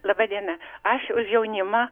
laba diena aš už jaunimą